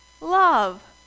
Love